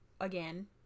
again